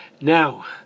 Now